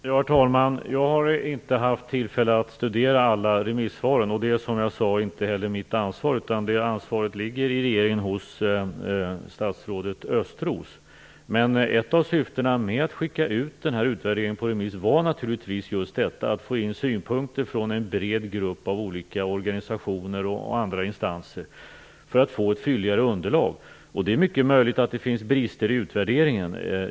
Herr talman! Jag har inte haft tillfälle att studera alla remissvaren. Det är, som jag sade, inte heller mitt ansvar utan det ansvaret inom regeringen ligger hos statsrådet Östros. Men ett av syftena med att skicka ut utvärderingen på remiss var naturligtvis att få in synpunkter från en bred grupp av olika organisationer och andra instanser för att få ett fylligare underlag. Det är mycket möjligt att det finns brister i utvärderingen.